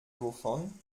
wovon